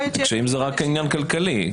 אולי זה רק עניין כלכלי.